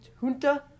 Junta